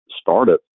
startup